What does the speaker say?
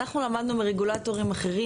למדנו מרגולטורים אחרים